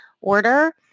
order